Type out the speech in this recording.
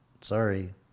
sorry